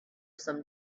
some